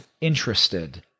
interested